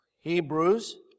Hebrews